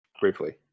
briefly